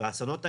והאסונות האלה,